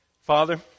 Father